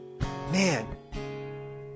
man